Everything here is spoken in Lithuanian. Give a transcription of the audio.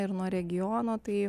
ir nuo regiono tai